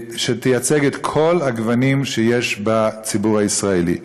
שתייצג את כל הגוונים שיש בציבור הישראלי.